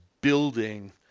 building